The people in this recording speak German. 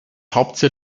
hauptziel